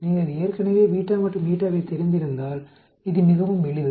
நீங்கள் ஏற்கனவே β மற்றும் η வை தெரிந்திருந்தால் இது மிகவும் எளிது